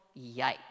yikes